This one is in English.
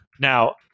Now